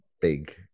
big